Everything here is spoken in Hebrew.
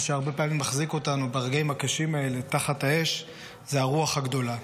מה שהרבה פעמים מחזיק אותנו ברגעים הקשים האלה תחת האש זה הרוח הגדולה.